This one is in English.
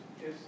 Yes